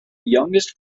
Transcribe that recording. youngest